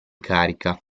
carica